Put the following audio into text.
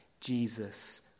Jesus